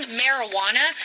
marijuana